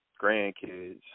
grandkids